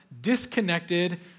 disconnected